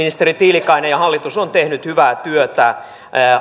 ministeri tiilikainen ja hallitus ovat tehneet hyvää työtä